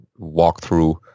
walkthrough